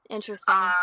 Interesting